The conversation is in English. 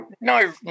no